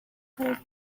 karaoke